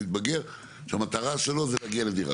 התבגר זה שהמטרה שלו זה להגיע לדירה.